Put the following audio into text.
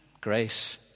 grace